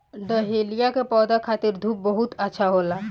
dahlia के पौधा खातिर धूप बहुत अच्छा होला